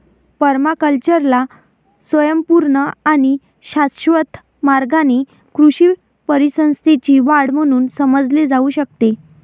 पर्माकल्चरला स्वयंपूर्ण आणि शाश्वत मार्गाने कृषी परिसंस्थेची वाढ म्हणून समजले जाऊ शकते